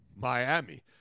Miami